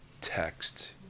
text